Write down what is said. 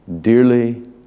Dearly